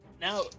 Now